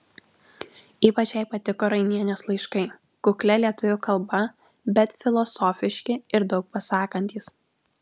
ypač jai patiko rainienės laiškai kuklia lietuvių kalba bet filosofiški ir daug pasakantys